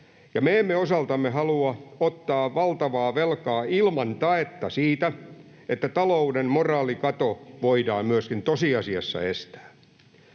Me emme osaltamme halua ottaa valtavaa velkaa ilman taetta siitä, että talouden moraalikato voidaan myöskin tosiasiassa estää.